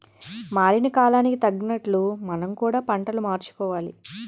మారిన కాలానికి తగినట్లు మనం పంట కూడా మార్చుకోవాలి